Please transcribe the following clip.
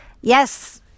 Yes